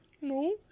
No